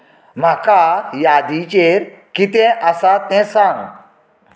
म्हाका यादीचेर कितें आसा तें सांग